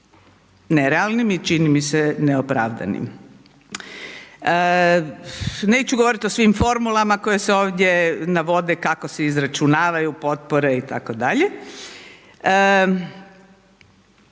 nerealnim i čini mi se neopravdanim. Neću govoriti o svim formulama koje se ovdje navode kako se izračunavaju potpore itd.